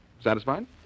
Satisfied